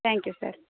thank you sir